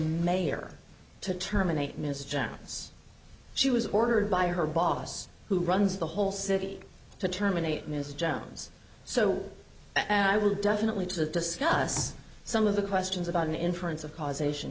mayor to terminate miss jones she was ordered by her boss who runs the whole city to terminate ms jones so i will definitely to discuss some of the questions about an inference of causation